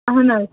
اَہَن حظ